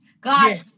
God